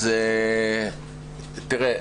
תראה,